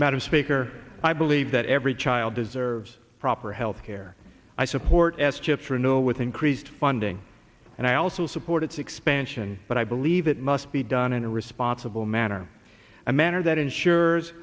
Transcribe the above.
madam speaker i believe that every child deserves proper health care i support s chip for know with increased funding and i also support its expansion but i believe it must be done in a responsible manner a manner that ensure